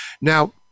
Now